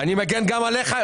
אני מגן גם עליך.